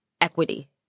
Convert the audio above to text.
equity